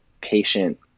patient